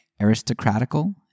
aristocratical